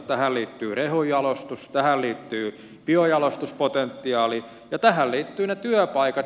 tähän liittyy rehunjalostus tähän liittyy biojalostuspotentiaali ja tähän liittyvät ne työpaikat